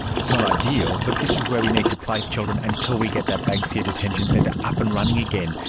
it's not ideal but this is where we need to place children until we get that banksia detention centre up and running again.